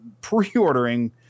pre-ordering